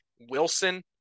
Wilson